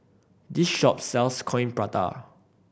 this shop sells Coin Prata